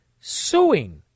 suing